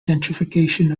gentrification